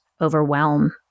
overwhelm